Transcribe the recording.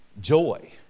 Joy